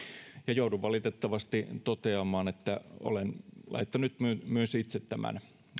joudun valitettavasti toteamaan että olen laittanut myös itse tämän